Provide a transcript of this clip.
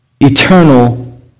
eternal